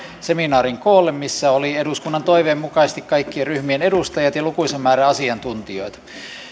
seminaarin missä oli eduskunnan toiveen mukaisesti kaikkien ryhmien edustajat ja lukuisa määrä asiantuntijoita